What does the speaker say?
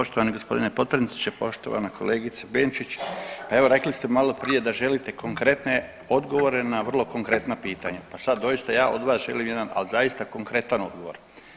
Poštovani gospodine potpredsjedniče, poštovana kolegice Benčić, pa evo rekli ste maloprije da želite konkretne odgovore na vrlo konkretna pitanja, pa sad doista ja od vas želim jedan ali zaista konkretan odgovor.